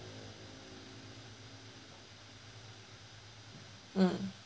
mm